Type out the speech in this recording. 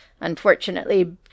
Unfortunately